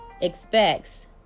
expects